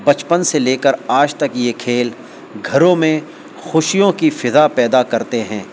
بچپن سے لے کر آج تک یہ کھیل گھروں میں خوشیوں کی فضا پیدا کرتے ہیں